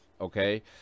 okay